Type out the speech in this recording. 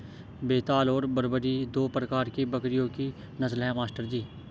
बेताल और बरबरी दो प्रकार के बकरियों की नस्ल है मास्टर जी